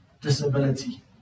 disability